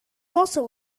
also